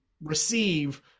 receive